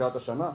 מתחילת השנה.